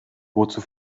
wozu